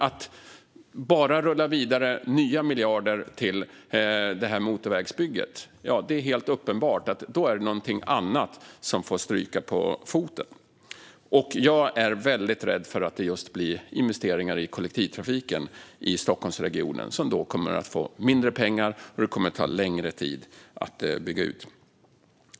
Att rulla vidare nya miljarder till motorvägsbygget gör det uppenbart att något annat får stryka på foten. Jag är rädd för att det blir just investeringar i kollektivtrafiken i Stockholmsregionen som får mindre pengar, och den kommer därmed att ta längre tid att bygga ut.